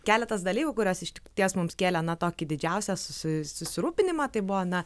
keletas dalykų kurios ištik ties mums kėlė na tokį didžiausią susi susirūpinimą tai buvo na